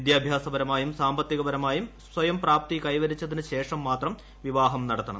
വിദ്യാഭ്യാസപരമായും സാമ്പത്തികപരമായും സ്വയംപ്രാപ്തി കൈവരിച്ചതിനുശേഷം മാത്രം വിവാഹം നടത്തണം